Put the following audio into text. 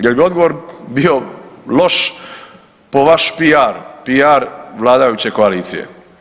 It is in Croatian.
Jer bi odgovor bio loš po vaš PR, PR vladajuće koalicije.